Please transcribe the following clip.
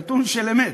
נתון של אמת.